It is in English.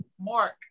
Mark